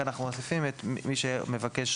כאן אנחנו מכניסים את מי שמבקש,